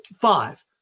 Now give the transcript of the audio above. Five